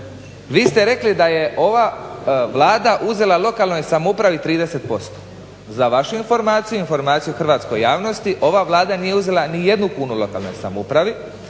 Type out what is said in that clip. Vi ste rekli da je ova Vlada uzela lokalnoj samoupravi 30%. Za vašu informaciju, informaciju hrvatskoj javnosti ova Vlada nije uzela ni jednu kunu lokalnoj samoupravi